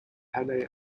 panay